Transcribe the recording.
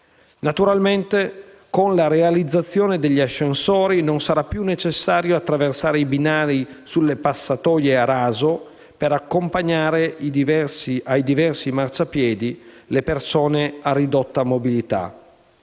Naturalmente, con la realizzazione degli ascensori non sarà più necessario attraversare i binari sulle passatoie a raso per accompagnare ai diversi marciapiedi le persone a ridotta mobilità;